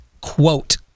Quote